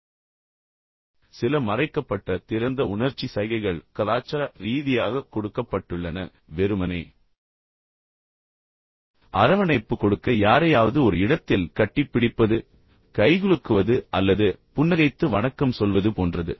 இப்போது சில மறைக்கப்பட்ட திறந்த உணர்ச்சி சைகைகள் கலாச்சார ரீதியாக கொடுக்கப்பட்டுள்ளன வெறுமனே அரவணைப்பு கொடுக்க யாரையாவது ஒரு இடத்தில் கட்டிப்பிடிப்பது கைகுலுக்குவது அல்லது புன்னகைத்து வணக்கம் சொல்வது போன்றது